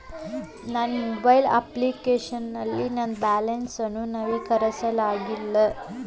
ನನ್ನ mobile application ನಲ್ಲಿ ನನ್ನ ಬ್ಯಾಲೆನ್ಸ್ ಅನ್ನು ನವೀಕರಿಸಲಾಗಿಲ್ಲ